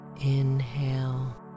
inhale